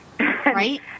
Right